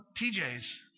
TJ's